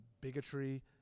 bigotry